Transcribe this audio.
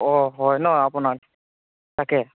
অঁ হয় ন' আপোনাক তাকে